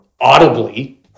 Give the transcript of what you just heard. audibly